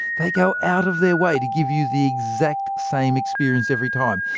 they go out of their way to give you the exact same experience every time.